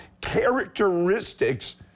characteristics